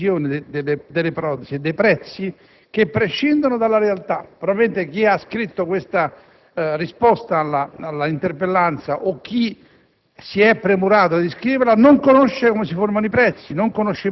prevista una serie di meccanismi di rivisitazione, di revisione delle protesi e dei prezzi che prescindono dalla realtà. Probabilmente chi ha scritto questa risposta alla mia interpellanza, o chi